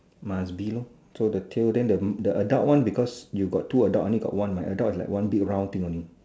must be lor so the tail then the the adult one because you got two adult I only got one my adult is like one big round thing only